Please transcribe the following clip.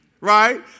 Right